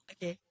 Okay